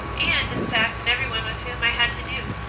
and, in fact, in everyone with whom i had to do.